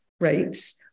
rates